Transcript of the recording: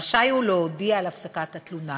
רשאי הוא להודיע על הפסקת התלונה.